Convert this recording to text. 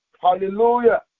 Hallelujah